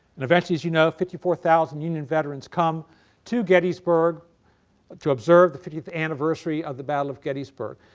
and eventually, as you know fifty four thousand union veterans come to gettysburg to observe the fiftieth anniversary of the battle of gettysburg.